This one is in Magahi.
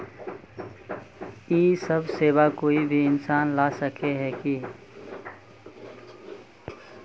इ सब सेवा कोई भी इंसान ला सके है की?